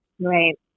Right